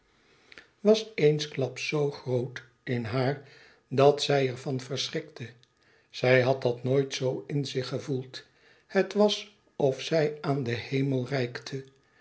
was eensklaps zoo groot in haar dat e ids aargang zij er van verschrikte zij had dat nooit zoo in zich gevoeld het was of zij aan den hemel